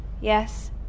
Yes